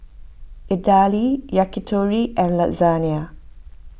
Idili Yakitori and Lasagne